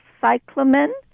Cyclamen